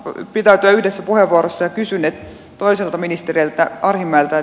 maltan pitäytyä yhdessä puheenvuorossa ja kysyn toiselta ministeriltä arhinmäeltä